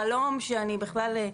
אולי חלום שאני בכלל.